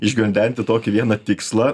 išgvendenti tokį vieną tikslą